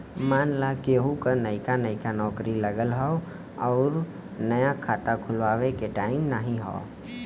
मान ला केहू क नइका नइका नौकरी लगल हौ अउर नया खाता खुल्वावे के टाइम नाही हौ